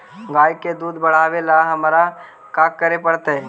गाय के दुध बढ़ावेला हमरा का करे पड़तई?